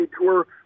Tour